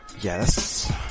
yes